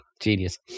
genius